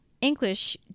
English